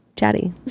Chatty